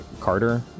Carter